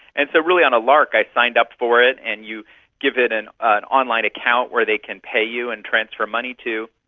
and so really on a lark i signed up for it, and you give it an online account where they can pay you and transfer money to.